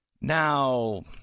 Now